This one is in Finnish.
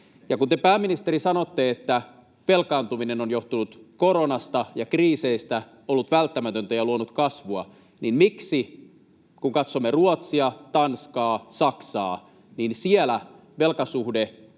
Kun te, pääministeri, sanotte, että velkaantuminen on johtunut koronasta ja kriiseistä ja ollut välttämätöntä ja luonut kasvua, niin miksi, kun katsomme Ruotsia, Tanskaa ja Saksaa, siellä velkasuhde